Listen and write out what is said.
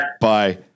Bye